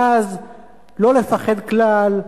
ואז לא לפחד כלל,